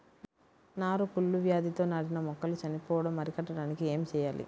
నారు కుళ్ళు వ్యాధితో నాటిన మొక్కలు చనిపోవడం అరికట్టడానికి ఏమి చేయాలి?